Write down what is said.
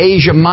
Asia